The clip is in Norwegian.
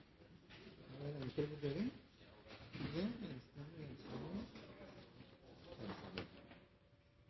er min vurdering at den